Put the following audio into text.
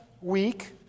week